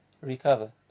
recover